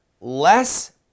less